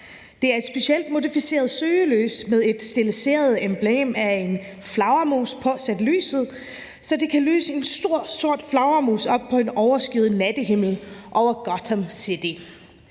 Det er et specielt modificeret søgelys med et stiliseret emblem af en flagermus påsat lyset, så det kan lyse en stor sort flagermus op på en overskyet nattehimmel over Gotham City.